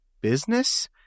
business